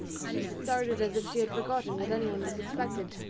she started as if she had forgotten that any one was expected.